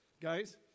guys